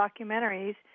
documentaries